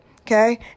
okay